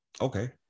Okay